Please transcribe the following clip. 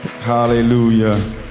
Hallelujah